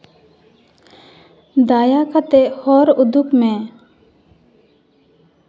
ᱫᱟᱭᱟ ᱠᱟᱛᱮᱫ ᱦᱚᱨ ᱩᱫᱩᱜᱽ ᱢᱮ